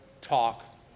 talk